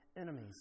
enemies